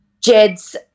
Jed's